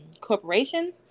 corporation